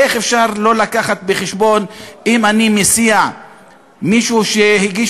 איך אפשר לא להביא בחשבון אם אני מסיע מישהו שהגיש